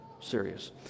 serious